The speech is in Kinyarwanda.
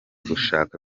gushaka